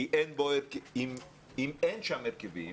אם אין שם הרכבים